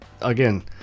Again